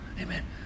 Amen